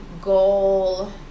goal